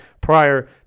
prior